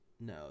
No